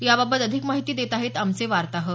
याबाबत अधिक माहिती देत आहेत आमचे वार्ताहर